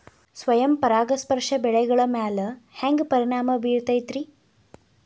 ಸ್ವಯಂ ಪರಾಗಸ್ಪರ್ಶ ಬೆಳೆಗಳ ಮ್ಯಾಲ ಹ್ಯಾಂಗ ಪರಿಣಾಮ ಬಿರ್ತೈತ್ರಿ?